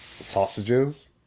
sausages